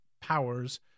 powers